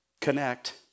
Connect